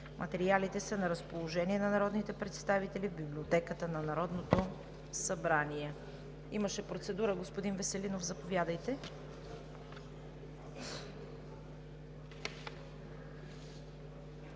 Материалите са на разположение на народните представители в Библиотеката на Народното събрание. Господин Веселинов, заповядайте